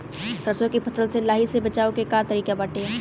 सरसो के फसल से लाही से बचाव के का तरीका बाटे?